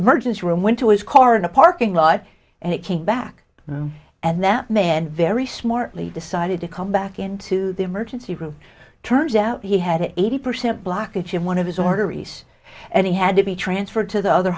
emergency room went to his car in a parking lot and it came back and that man very smartly decided to come back into the emergency room turns out he had an eighty percent blockage of one of his order ease and he had to be transferred to the other